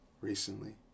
recently